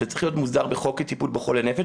היא שזה צריך להיות מוסדר בחוק לטיפול בחולי נפש.